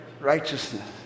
righteousness